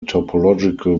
topological